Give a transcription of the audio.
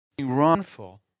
wrongful